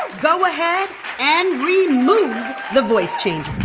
go ahead and remove the voice changer.